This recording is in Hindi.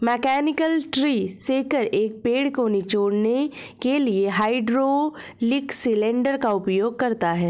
मैकेनिकल ट्री शेकर, एक पेड़ को निचोड़ने के लिए हाइड्रोलिक सिलेंडर का उपयोग करता है